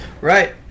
Right